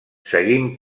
seguim